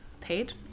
paid